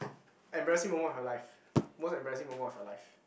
embarrassing moment of your life most embarrassing moment of your life